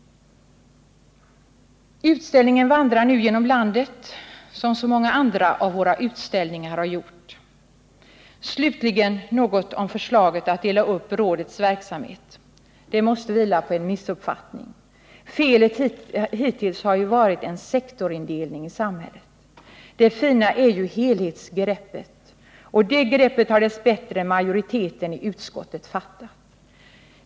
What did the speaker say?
Utställningen vandrar nu genom landet som så många andra av våra utställningar har gjort. Slutligen något om förslaget att dela upp rådets verksamhet. Det måste vila på en missuppfattning. Felet hittills har ju varit en sektorindelning i samhället. Det fina är ju helhetsgreppet, och det greppet har dess bättre majoriteten i utskottet fattat.